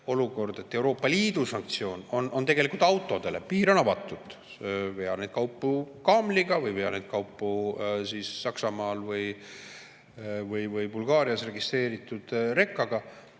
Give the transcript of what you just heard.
olukord, et Euroopa Liidu sanktsioon on tegelikult autodele, piir on avatud, vea neid kaupu kaameliga või vea neid kaupu Saksamaal või Bulgaarias registreeritud rekaga.